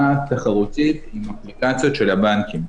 בכל הצווים.